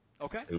Okay